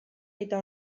eta